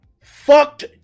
fucked